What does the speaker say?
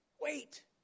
Wait